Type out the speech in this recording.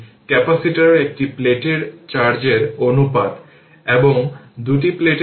সুতরাং 2 Ω রেজিস্টেন্সে প্রবাহিত কারেন্ট হল i y t